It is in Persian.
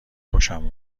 خوشم